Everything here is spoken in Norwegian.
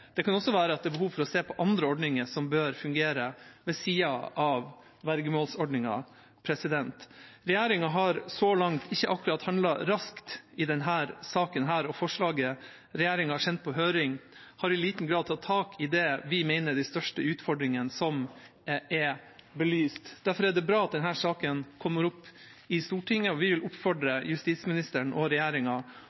Det kan også være behov for å se på andre ordninger som bør fungere ved siden av vergemålsordningen. Regjeringa har så langt ikke akkurat handlet raskt i denne saken, og forslaget regjeringa har sendt på høring, har i liten grad tatt tak i det vi mener er de største utfordringene som er belyst. Derfor er det bra at denne saken kommer opp i Stortinget, og vi vil oppfordre